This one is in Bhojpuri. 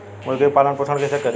मुर्गी के पालन पोषण कैसे करी?